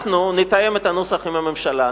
אנחנו נתאם את הנוסח עם הממשלה,